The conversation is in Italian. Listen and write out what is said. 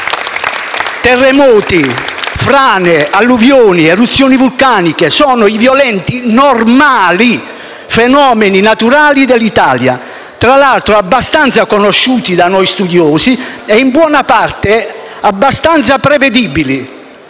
Terremoti, frane, alluvioni, eruzioni vulcaniche sono i violenti, normali, fenomeni naturali dell'Italia, tra l'altro abbastanza conosciuti da noi studiosi e in buona parte abbastanza prevedibili.